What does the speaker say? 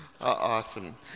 Awesome